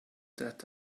that